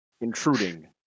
Intruding